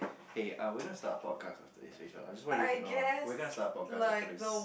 hey I wasn't start a podcast after this Rachel I just wanna let you know lah we're gonna start a podcast after this